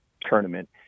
tournament